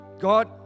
God